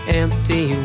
empty